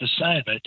assignment